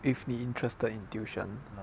if 你 interested in tuition